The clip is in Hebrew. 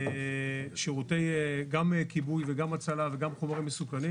גם שירותי כיבוי וגם הצלה וגם חומרים מסוכנים,